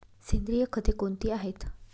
सेंद्रिय खते कोणती आहेत?